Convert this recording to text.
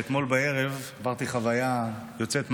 שאתמול בערב עברתי חוויה יוצאת מהכלל.